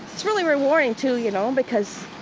it's really rewarding, too, you know, because,